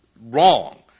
wrong